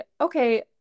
okay